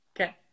Okay